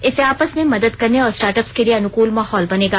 इससे आपस में मदद करने और स्टार्टअप्स के लिए अनुकूल माहौल बनेगा